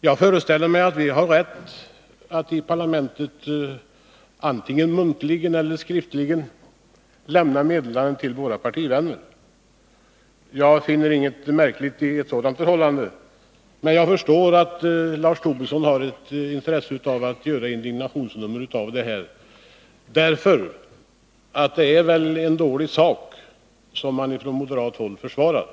Jag föreställer mig att vi har rätt att i parlamentet muntligen eller skriftligen lämna meddelanden till våra partivänner. Jag finner inget märkligt i ett sådant förhållande, men jag förstår att Lars Tobisson har ett intresse av att göra ett indignationsnummer av det, därför att det är en dålig sak som man från moderat håll försvarar.